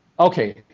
Okay